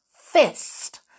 fist